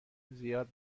زیاد